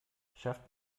schafft